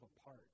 apart